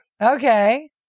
Okay